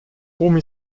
omi